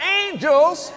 angels